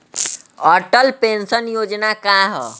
Atal pension Yojana का ह?